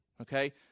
okay